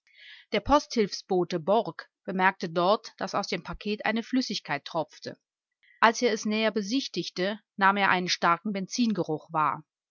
der posthilfsbote borck bemerkte dort daß aus dem paket eine flüssigkeit tropfte als er es näher besichtigte nahm er einen starken benzingeruch wahr